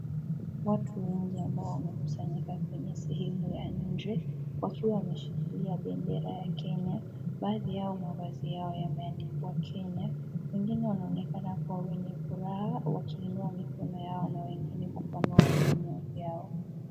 Watu wengi ambayo wamekusanyika kwenye sehemu ya nje wakiwa wameshilikia bendera ya kenya, baadhi yao mavazi yao yameandikwa kenya wengine wanaonekana wenye furaha wakiinua mikono yao na wengune kupanua vinywa vyao.